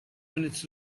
minutes